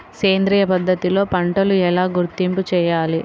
సేంద్రియ పద్ధతిలో పంటలు ఎలా గుర్తింపు చేయాలి?